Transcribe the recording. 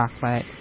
chocolate